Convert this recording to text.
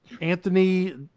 Anthony